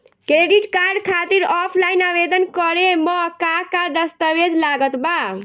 Credit card खातिर offline आवेदन करे म का का दस्तवेज लागत बा?